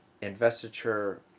investiture